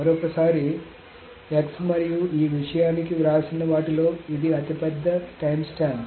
మరోసారి x మరియు ఈ విషయానికి వ్రాసిన వాటిలో ఇది అతిపెద్ద టైమ్స్టాంప్